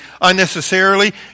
unnecessarily